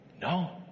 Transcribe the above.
No